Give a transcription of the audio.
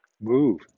move